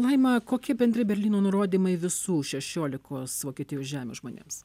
laima kokie bendri berlyno nurodymai visų šešiolikos vokietijos žemių žmonėms